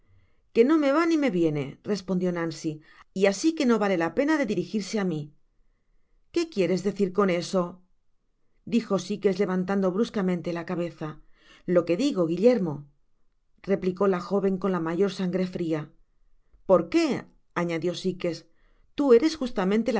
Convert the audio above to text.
que no me va ni me viene respondió nancy y asi que no vale la pena de dirigirse á mi que quieres decir con eso dijokes levantando bruscamente la cabeza lo que digo guillermo replicó la joven con la mayor sangre fria por qué añadió sikes tu eres justamente la